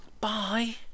bye